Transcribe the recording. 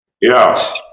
Yes